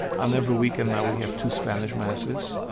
on every weekend now, we have two spanish masses.